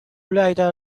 rider